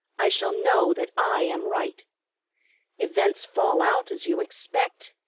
i shall know that i am right events fall out as you expect,